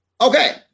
Okay